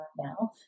now